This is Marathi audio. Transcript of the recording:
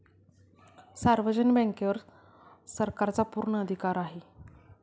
सार्वजनिक बँकेवर सरकारचा पूर्ण अधिकार आहे